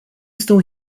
estão